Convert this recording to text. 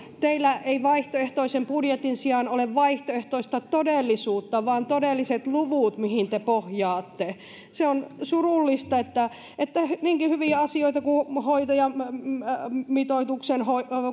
teillä ei vaihtoehtoisen budjetin sijaan ole vaihtoehtoista todellisuutta vaan todelliset luvut mihin te pohjaatte se on surullista että että niinkin hyviä asioita kuin hoitajamitoituksen